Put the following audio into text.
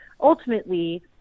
ultimately